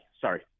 Sorry